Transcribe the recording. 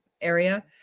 area